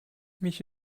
mich